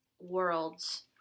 worlds